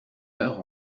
heure